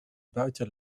buiten